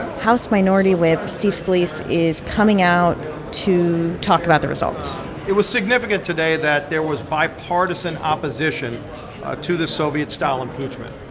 house minority whip steve scalise is coming out to talk about the results it was significant today that there was bipartisan opposition to this soviet-style impeachment.